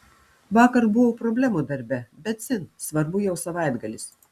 vakar buvo problemų darbe bet dzin svarbu jau savaitgalis